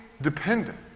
dependent